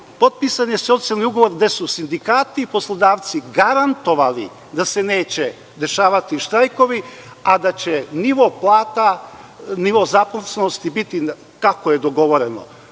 potpisan je socijalni ugovor gde su sindikati i poslodavci garantovali da se neće dešavati štrajkovi, a da će nivo plata, nivo zaposlenosti biti kako je dogovoreno,